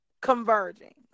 converging